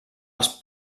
els